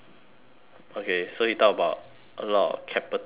okay so he talk about a lot of capitalism